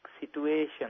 situation